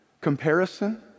Comparison